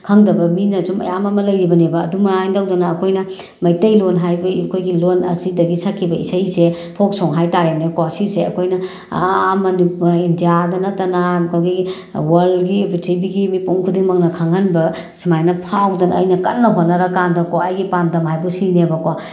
ꯈꯪꯗꯕ ꯃꯤꯅꯁꯨ ꯃꯌꯥꯝ ꯑꯃ ꯂꯩꯔꯤꯕꯅꯦꯕ ꯑꯗꯨꯃꯥꯏꯅ ꯇꯧꯗꯅ ꯑꯩꯈꯣꯏꯅ ꯃꯩꯇꯩꯂꯣꯜ ꯍꯥꯏꯕ ꯑꯩꯈꯣꯏꯒꯤ ꯂꯣꯜ ꯑꯁꯤꯗꯒꯤ ꯁꯛꯈꯤꯕ ꯏꯁꯩꯁꯦ ꯐꯣꯛ ꯁꯣꯡ ꯍꯥꯏ ꯇꯥꯔꯦꯅꯦꯀꯣ ꯁꯤꯁꯦ ꯑꯩꯈꯣꯏꯅ ꯑꯥ ꯏꯟꯗꯤꯌꯥ ꯅꯠꯇꯅ ꯑꯩꯈꯣꯏꯒꯤ ꯋꯔꯜꯒꯤ ꯄ꯭ꯔꯤꯊꯤꯕꯤꯒꯤ ꯃꯤꯄꯨꯝ ꯈꯨꯗꯤꯡꯃꯛꯅ ꯈꯪꯍꯟꯕ ꯁꯨꯃꯥꯏꯅ ꯐꯥꯎꯗꯅ ꯑꯩꯅ ꯀꯟꯅ ꯍꯣꯠꯅꯔꯀꯥꯟꯗꯀꯣ ꯑꯩꯒꯤ ꯄꯥꯟꯗꯝ ꯍꯥꯏꯕꯨ ꯁꯤꯅꯦꯕꯀꯣ